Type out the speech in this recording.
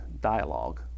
dialogue